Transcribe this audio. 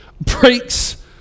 breaks